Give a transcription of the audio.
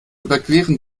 überqueren